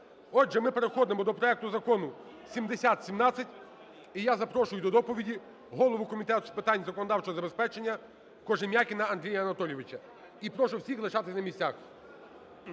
Отже, ми переходимо до проекту Закону 7017. І я запрошую до доповіді голову Комітету з питань законодавчого забезпечення Кожем'якіна Андрія Анатолійовича. І прошу всіх лишатись на місцях.